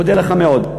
מודה לך מאוד.